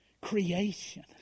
creation